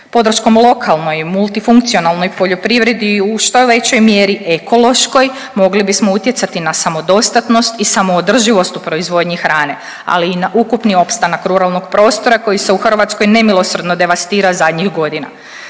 Podrškom lokalnoj i multifunkcionalnoj poljoprivredi i u što većoj mjeri ekološkoj mogli bismo utjecati na samodostatnost i samo održivost u proizvodnji hrane, ali i na ukupni opstanak ruralnog prostora koji se u Hrvatskoj nemilosrdno devastira zadnjih godina.